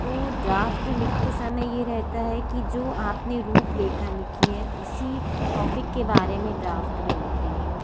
तो ड्राफ्ट लिखते समय ये रहता है कि जो आपने रुपरेखा लिखी है उसी टॉपिक के बारे में ड्राफ्ट में लिखेंगे